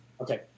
Okay